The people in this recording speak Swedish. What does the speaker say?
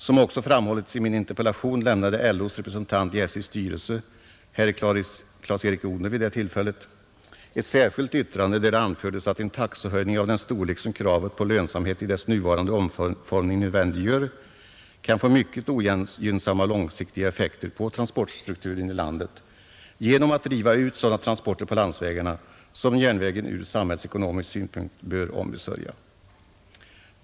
Som också framhållits i min interpellation lämnade LO:s representant i SJ:s styrelse, herr Clas-Erik Odhner, vid det aktuella tillfället ett särskilt yttrande, där det anfördes att en taxehöjning av den storlek som kravet på lönsamhet i sin nuvarande utformning nödvändiggör kan få mycket ogynnsamma långsiktiga effekter på transportstrukturen i landet genom att driva ut sådana transporter på landsvägarna som järnvägen ur samhällsekonomisk synpunkt bör ombesörja.